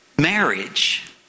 marriage